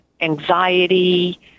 anxiety